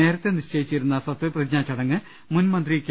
നേരത്തെ നിശ്ചയിച്ചിരുന്ന സത്യപ്രതിജ്ഞാ ചടങ്ങ് മുൻമന്ത്രി കെ